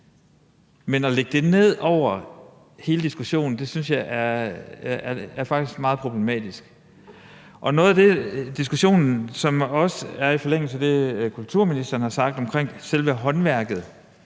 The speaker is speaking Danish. men at lægge det ned over hele diskussionen synes jeg faktisk er meget problematisk. Og i forhold til noget af det, diskussionen handler om, og som også er i forlængelse af det, kulturministeren har sagt omkring selve håndværket: